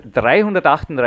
338